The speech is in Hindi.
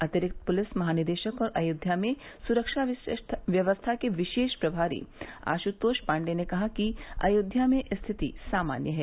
अतिरिक्त पुलिस महानिदेशक और अयोध्या में सुरक्षा व्यवस्था के विशेष प्रभारी आश्तोष पाण्डेय ने कहा कि अयोध्या में स्थिति सामान्य है